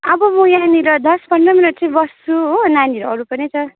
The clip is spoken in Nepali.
अब म यहाँनिर दस पन्ध्र मिनट चाहिँ बस्छु हो नानीहरू अरू पनि छ